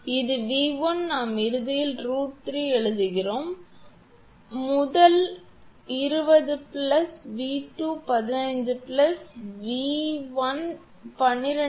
7 இது 𝑉1 நாம் இறுதியில் √3 எழுதுகிறோம் முதல் 20 பிளஸ் V2 15 பிளஸ் இந்த 𝑉1 12